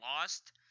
lost